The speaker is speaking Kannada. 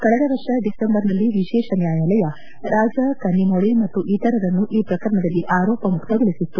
ಕಳೆದ ವರ್ಷ ಡಿಸೆಂಬರ್ನಲ್ಲಿ ವಿಶೇಷ ನ್ಯಾಯಾಲಯ ರಾಜ ಕನ್ನಿಮೋಳಿ ಮತ್ತು ಇತರರನ್ನು ಈ ಪ್ರಕರಣದಲ್ಲಿ ಆರೋಪ ಮುಕ್ತಗೊಳಿಸಿತ್ತು